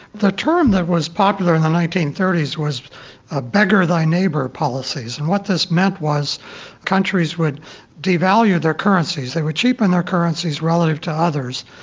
the term that was popular in the nineteen thirty s was ah beggar thy neighbour policies, and what this meant was countries would devalue their currencies they would cheapen their currencies relative to others,